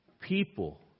people